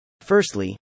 Firstly